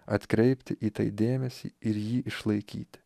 atkreipti į tai dėmesį ir jį išlaikyti